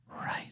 Right